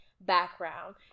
background